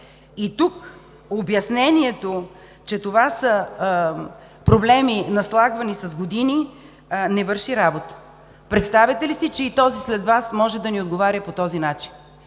Тук обяснението, че това са проблеми, наслагвани с години, не върши работа. Представяте ли си, че и този след Вас може да ни отговаря по този начин?